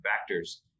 factors